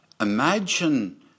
imagine